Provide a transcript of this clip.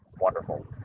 wonderful